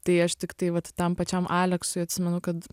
tai aš tiktai vat tam pačiam aleksui atsimenu kad